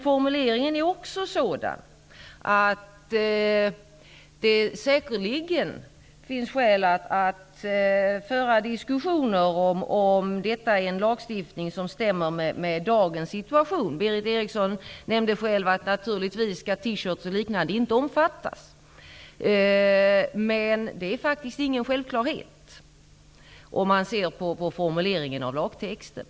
Formuleringen är också sådan att det säkerligen finns skäl att föra diskussioner om huruvida detta är en lag som passar i dagens situation. Berith Eriksson nämnde att t-shirts och liknande kläder naturligtvis inte skall innefattas. Men det är faktiskt ingen självklarhet om man ser på formuleringen av lagtexten.